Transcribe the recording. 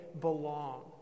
belong